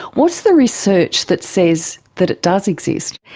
what's the research that says that it does exist?